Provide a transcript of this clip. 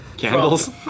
Candles